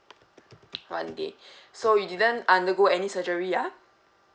one day so you didn't undergo any surgery ah